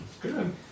Good